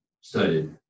studied